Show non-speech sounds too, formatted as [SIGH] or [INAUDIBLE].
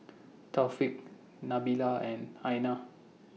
[NOISE] Taufik Nabila and Aina